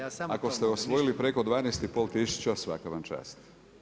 Ako ste osvojili preko 12,5 tisuća svaka vam čast.